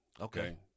Okay